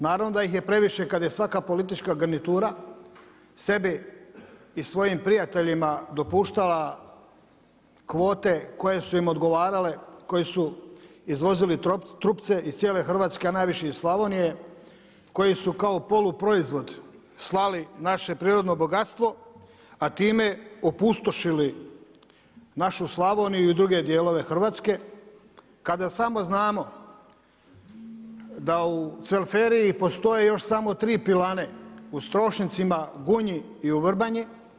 Naravno da ih je previše kad je svaka politička garnitura sebi i svojim prijateljima dopuštala kvote koje su im odgovarale, koji su izvozili trupce iz cijele Hrvatske, a najviše iz Slavonije, koji su kao polu proizvod slali naše prirodno bogatstvo, a time opustošili našu Slavoniju i druge dijelove Hrvatske kada samo znamo da u Cvelferiji postoje još samo tri pilane u Strošincima, Gunji i u Vrbanji.